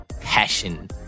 passion